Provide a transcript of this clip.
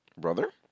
brother